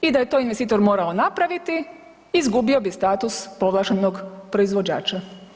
I ta je to investitor morao napraviti izgubio bi status povlaštenog proizvođača.